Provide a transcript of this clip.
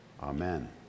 Amen